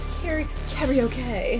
karaoke